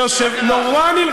אתה בלחץ?